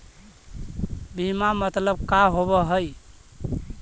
बीमा मतलब का होव हइ?